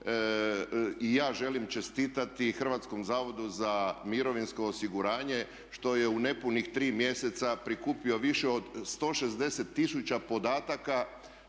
i ja želim čestitati Hrvatskom zavodu za mirovinsko osiguranje što je u nepunih 3 mjeseca prikupio više od 160 000 podataka